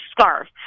scarf